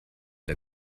der